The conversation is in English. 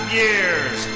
years